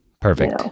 Perfect